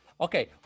Okay